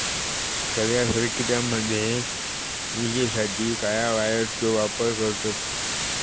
सगळ्या सर्किटामध्ये विजेसाठी काळ्या वायरचो वापर करतत